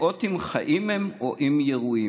/ ואין אות אם חיים הם או אם ירויים".